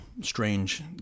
strange